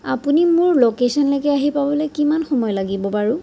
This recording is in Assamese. আপুনি মোৰ লোকেশ্যনলৈকে আহি পাবলৈ কিমান সময় লাগিব বাৰু